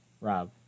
Rob